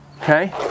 okay